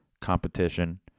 competition